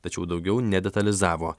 tačiau daugiau nedetalizavo